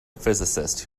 physicist